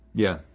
yeah.